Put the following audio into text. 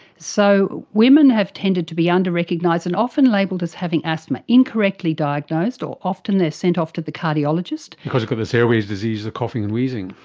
so women have tended to be under-recognised, and often labelled as having asthma, incorrectly diagnosed, or often they're sent off to the cardiologist. because because it's airways disease, the coughing and wheezing.